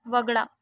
वगळा